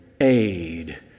aid